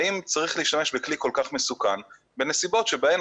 האם צריך להשתמש בכלי כל כך מסוכן בנסיבות שבהן